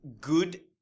good